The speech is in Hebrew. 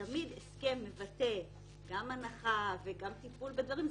שתמיד הסכם מבטא גם הנחה וגם טיפול בדברים,